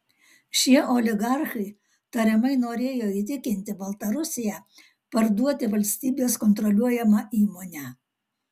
šie oligarchai tariamai norėjo įtikinti baltarusiją parduoti valstybės kontroliuojamą įmonę